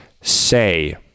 say